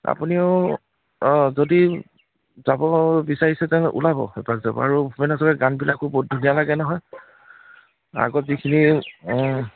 আপুনিও অঁ যদি যাব বিচাৰিছে তেনে ওলাব এপাক যাব আৰু ভূপেন হাজৰিকাৰ গানবিলাকো বহুত ধুনীয়া লাগে নহয় আগত যিখিনি